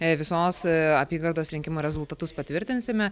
visos apygardos rinkimų rezultatus patvirtinsime